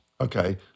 Okay